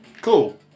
cool